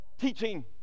teaching